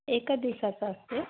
एका दिवसाचा असते